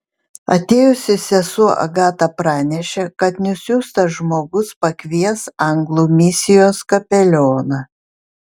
atėjusi sesuo agata pranešė kad nusiųstas žmogus pakvies anglų misijos kapelioną